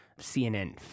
CNN